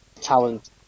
talent